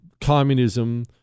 communism